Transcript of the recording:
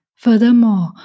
Furthermore